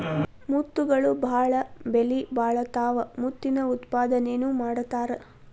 ಮುತ್ತುಗಳು ಬಾಳ ಬೆಲಿಬಾಳತಾವ ಮುತ್ತಿನ ಉತ್ಪಾದನೆನು ಮಾಡತಾರ